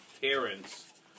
parents